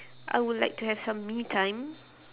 I would like to have some me time